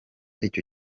icyo